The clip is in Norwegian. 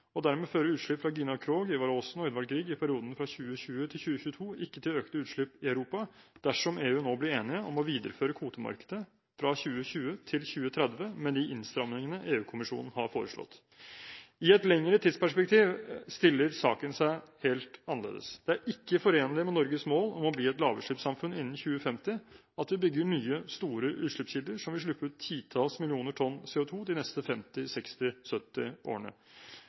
og dermed fører utslipp fra Gina Krog, Ivar Aasen og Edvard Grieg i perioden fra 2020 til 2022 ikke til økte utslipp i Europa, dersom EU nå blir enige om å videreføre kvotemarkedet fra 2020 til 2030 med de innstramningene EU-kommisjonen har foreslått. I et lengre tidsperspektiv stiller saken seg helt annerledes. Det er ikke forenlig med Norges mål om å bli et lavutslippssamfunn innen 2050 at vi bygger nye, store utslippskilder som vil slippe ut titalls millioner tonn CO2 de neste 50, 60, 70 årene.